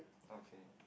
okay